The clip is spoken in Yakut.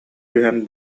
түһэн